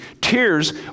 Tears